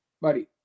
Buddy